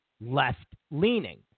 left-leaning